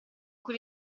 cui